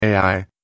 AI